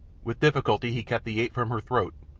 with difficulty he kept the ape from her throat,